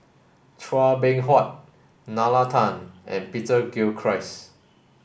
Chua Beng Huat Nalla Tan and Peter Gilchrist